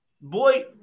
Boy